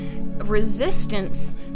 resistance